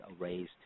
arrays